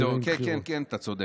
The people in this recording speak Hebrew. כן, כן, אתה צודק.